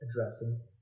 addressing